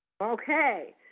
Okay